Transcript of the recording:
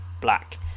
black